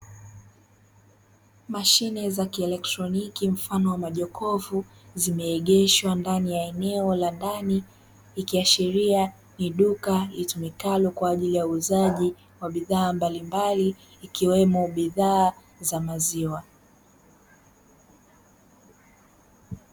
Mashine za kielektroniki mfano wa majokofu, zimeegeshwa ndani ya eneo la ndani, ikiashiria ni duka litumikao kwa ajili ya uuzaji wa bidhaa mbalimbali, ikiwemo bidhaa za maziwa.